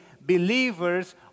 believers